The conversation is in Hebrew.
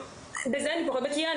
אני פחות בקיאה בזה.